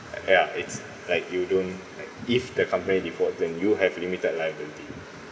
ya it's like you don't like if the company default than you have limited liability